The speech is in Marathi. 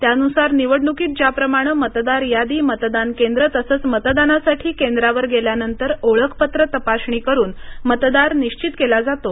त्यानुसार निवडणुकीत ज्याप्रमाणं मतदार यादी मतदान केंद्र तसंच मतदानासाठी केंद्रावर गेल्यानंतर ओळखपत्र तपासणी करून मतदार निश्चियत केला जातो